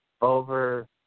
over